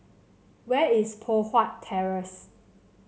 where is Poh Huat Terrace